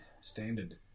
standard